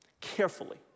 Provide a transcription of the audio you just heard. carefully